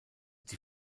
die